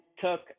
took